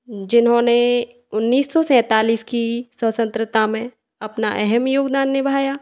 जिन्होंने उन्नीस सौ सैंतालीस की स्वतंत्रता में अपना अहम योगदान निभाया